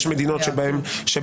יש מדינות שבהן,